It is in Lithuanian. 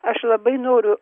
aš labai noriu